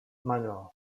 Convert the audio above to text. manual